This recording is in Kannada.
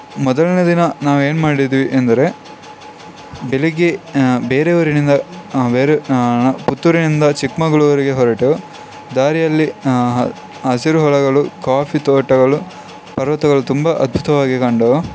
ಮೊದಲ್ನೇ ದಿನ ನಾವೇನು ಮಾಡಿದ್ವಿ ಎಂದರೆ ಬೆಳಿಗ್ಗೆ ಬೇರೆ ಊರಿನಿಂದ ಬೇರೆ ಪುತ್ತೂರಿನಿಂದ ಚಿಕ್ಕಮಗ್ಳೂರಿಗೆ ಹೊರಟು ದಾರಿಯಲ್ಲಿ ಹಸಿರು ಹೊಲಗಳು ಕಾಫಿ ತೋಟಗಳು ಪರ್ವತಗಳು ತುಂಬ ಅದ್ಭುತವಾಗಿ ಕಂಡವು